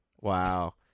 Wow